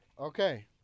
Okay